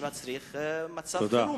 שמצריך מצב חירום.